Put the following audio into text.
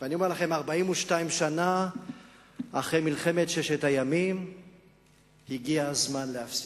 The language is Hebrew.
42 שנה אחרי מלחמת ששת הימים הגיע הזמן להפסיק,